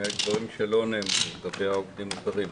ויש דברים שלא נאמרו לגבי העובדים הזרים.